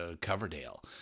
Coverdale